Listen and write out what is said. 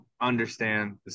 understand